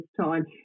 time